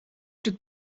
took